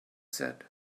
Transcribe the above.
said